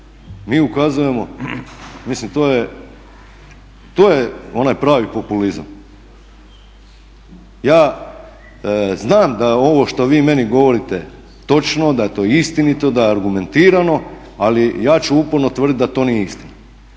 mi ukazujemo, mislim to je onaj pravi populizam. Ja znam da je ovo što vi meni govorite točno, da je to istinito, da je argumentirano ali ja ću uporno tvrdit da to nije istina.